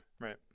Right